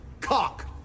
cock